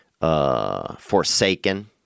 Forsaken